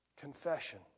confession